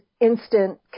instant